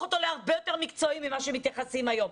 אותו להרבה יותר מקצועי ממה שמתייחסים אליו היום.